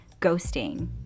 ghosting